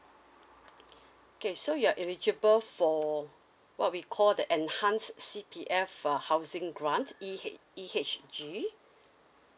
okay so you're eligible for what we call the enhanced C_P_F uh housing grants E hec~ E_H_G